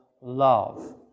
love